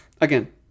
Again